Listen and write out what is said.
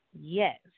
yes